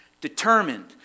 Determined